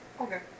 Okay